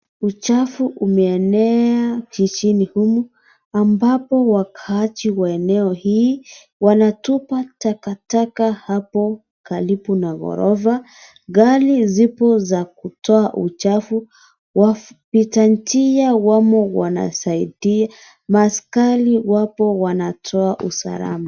Uchafu umeenea jijini humu ambapo wakaaji wa eneo hii wanakula takataka hapo karibu na ghorofa ,gari zipo za kutoa uchafu . Wapita njia wamo wanasaidia ,ma Askari wamo wanatoa usalama .